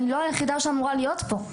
אני לא היחידה שאמורה להיות פה.